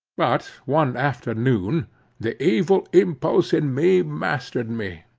but one afternoon the evil impulse in me mastered me,